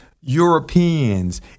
Europeans